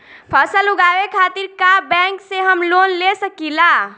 फसल उगावे खतिर का बैंक से हम लोन ले सकीला?